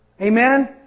Amen